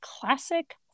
classic